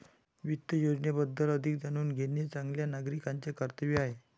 वित्त योजनेबद्दल अधिक जाणून घेणे चांगल्या नागरिकाचे कर्तव्य आहे